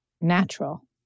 natural